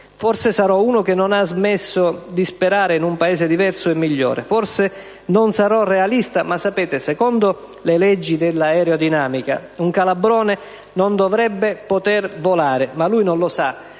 forse sarò uno che non ha smesso di sperare in un Paese diverso e migliore, forse non sarò realista, ma secondo le leggi dell'aerodinamica un calabrone non dovrebbe poter volare, ma lui non lo sa,